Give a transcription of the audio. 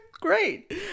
Great